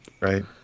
Right